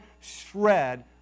shred